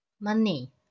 money